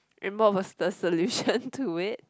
and what was the solution to it